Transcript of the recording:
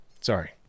Sorry